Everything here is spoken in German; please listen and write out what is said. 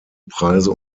preise